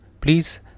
please